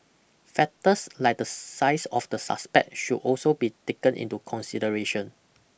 factors like the size of the suspect should also be taken into consideration